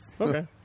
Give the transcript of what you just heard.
Okay